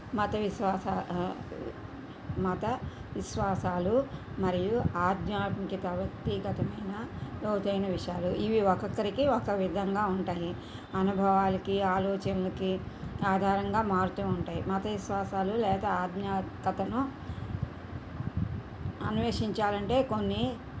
మత విశ్వాస మత విశ్వాసాలు మరియు ఆధ్యాత్మికత వ్యక్తిగతమైన లోతైన విషయాలు ఇవి ఒక్కొక్కరికి ఒక విధంగా ఉంటాయి అనుభవాలకి ఆలోచనలకి ఆధారంగా మారుతూ ఉంటాయి మత విశ్వాసాలు లేకపోతే ఆధ్యాత్మికతను అన్వేషించాలంటే కొన్ని